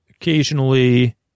occasionally